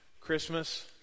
Christmas